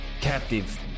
captive